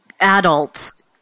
Adults